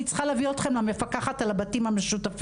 צריכה להביא אתכם למפקחת על הבתים המשותפים.